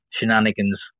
shenanigans